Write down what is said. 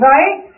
Right